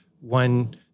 one